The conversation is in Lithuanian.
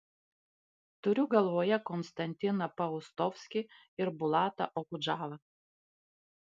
turiu galvoje konstantiną paustovskį ir bulatą okudžavą